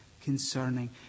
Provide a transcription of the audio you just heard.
concerning